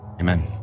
Amen